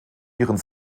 ihren